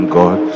god